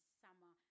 summer